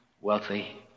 wealthy